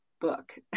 book